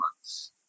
months